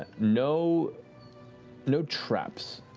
ah no no traps,